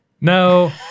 No